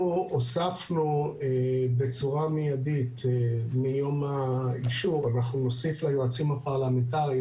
בצורה מיידית מיום האישור אנחנו נוסיף ליועצים הפרלמנטריים